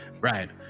Right